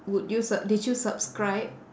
would you su~ did you subscribe